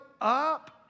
up